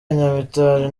nyamitali